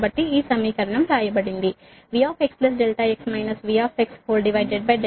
కాబట్టి ఈ సమీకరణం వ్రాయబడింది Vx∆x V∆x z∆x